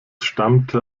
stammte